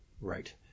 right